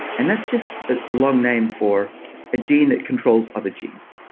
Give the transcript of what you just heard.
and that's just ah a long name for a gene that controls other genes,